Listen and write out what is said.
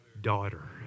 Daughter